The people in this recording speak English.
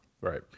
Right